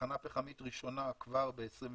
בתחנה פחמית ראשונה כבר ב-2022.